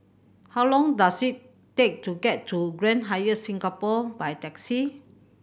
how long does it take to get to Grand Hyatt Singapore by taxi